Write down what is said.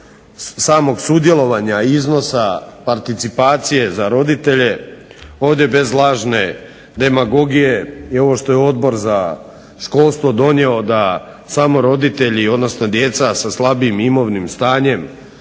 samog sudjelovanja iznosa participacije za roditelje ovdje bez lažne demagogije i ovo što je Odbor za školstvo donio da samo roditelji, odnosno djeca sa slabijim imovnim stanjem